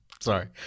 Sorry